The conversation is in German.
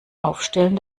aufstellen